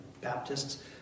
Baptists